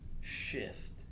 shift